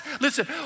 listen